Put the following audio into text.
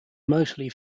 mostly